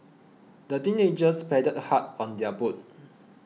the teenagers paddled hard on their boat